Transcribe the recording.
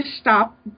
stop